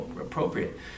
appropriate